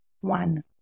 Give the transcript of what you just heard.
One